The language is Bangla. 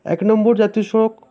এক নম্বর জাতীয় সড়ক